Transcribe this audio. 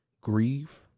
grieve